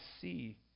see